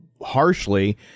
harshly